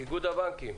איגוד הבנקים,